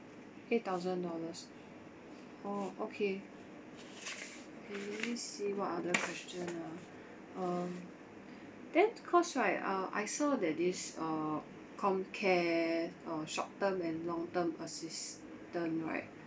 eight thousand dollars oh okay okay let me see what other question ah um then course right uh I saw that this uh comm care uh short term and long term assistant right